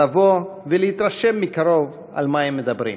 לבוא ולהתרשם מקרוב על מה הם מדברים.